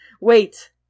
Wait